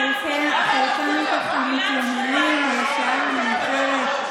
חלקם ככה מתנמנמים בשעה המאוחרת,